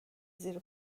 زیر